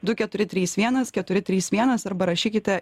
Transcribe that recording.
du keturi trys vienas keturi trys vienas arba rašykite